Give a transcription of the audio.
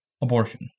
abortion